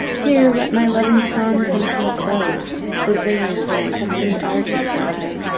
here let my loving song come to a close the vein of my accustomed art is dry,